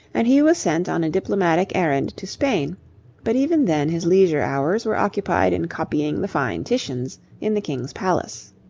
and he was sent on a diplomatic errand to spain but even then his leisure hours were occupied in copying the fine titians in the king's palace.